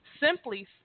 Simply